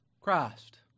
Christ